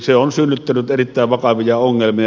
se on synnyttänyt erittäin vakavia ongelmia